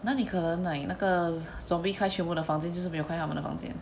哪里可能 like 那个 zombie 开全部的房间就是没有开他们的房间